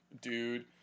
dude